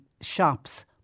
shops